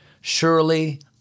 Surely